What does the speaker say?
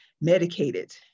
medicated